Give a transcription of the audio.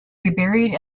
reburied